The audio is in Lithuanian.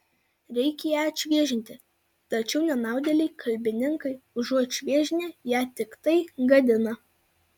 reikia ją atšviežinti tačiau nenaudėliai kalbininkai užuot šviežinę ją tiktai gadina